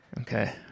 Okay